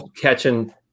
catching